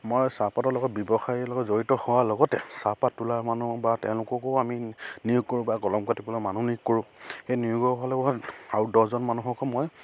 মই চাহপাতৰ লগত ব্যৱসায়ীৰ লগত জড়িত হোৱাৰ লগতে চাহপাত তোলাৰ মানুহ বা তেওঁলোককো আমি নিয়োগ কৰোঁ বা কলম কাটিবলৈ মানুহ নিয়োগ কৰোঁ সেই নিয়োগ হ'লে আৰু দহজন মানুহকো মই